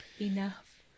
enough